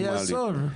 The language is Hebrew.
זה אסון.